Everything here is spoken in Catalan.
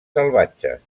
salvatges